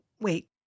wait